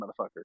motherfucker